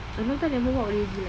I long time never walk already leh